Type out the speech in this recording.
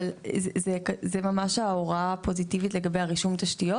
זה ממש ההוראה הפוזיטיבית לגבי רישום תשתיות.